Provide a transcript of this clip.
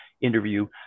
interview